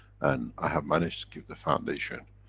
and, i have managed to keep the foundation,